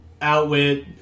outwit